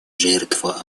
жертва